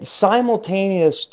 Simultaneous